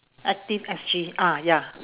active S_G ah ya